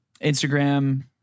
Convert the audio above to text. Instagram